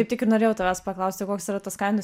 kaip tik norėjau tavęs paklausti koks yra tas kainų